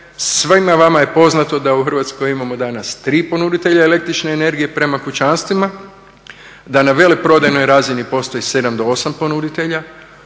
Svima vama je poznato da u Hrvatskoj imamo danas tri ponuditelja električne energije prema kućanstvima, da na veleprodajnoj razini postoji 7 do 8 ponuditelja.